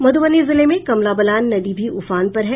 मध्रबनी जिले में कमला बलान नदी भी उफान पर है